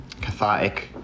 cathartic